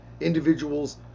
individuals